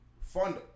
fund